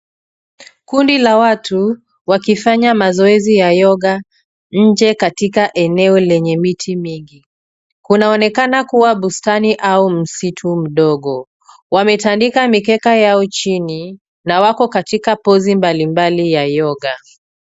Kundi la watu wakifanya mazoezi ya yoga , nje katika eneo lenye miti mingi. Kunaonekana kuwa bustani au msitu mdogo. Wametandika mikeka yao chini na wako katika pozi mbalimbali ya yoga .